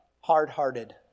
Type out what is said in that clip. hard-hearted